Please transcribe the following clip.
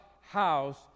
house